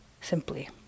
simply